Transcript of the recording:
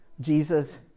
Jesus